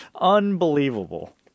Unbelievable